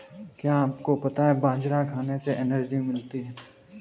क्या आपको पता है बाजरा खाने से एनर्जी मिलती है?